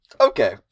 Okay